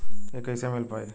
इ कईसे मिल पाई?